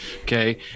okay